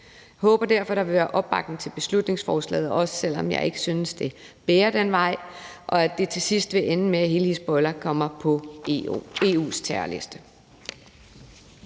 Jeg håber derfor, at der vil være opbakning til beslutningsforslaget, også selv om jeg ikke synes, at det bærer den vej, og at det til sidst vil ende med, at hele Hizbollah kommer på EU's terrorliste.